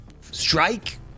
Strike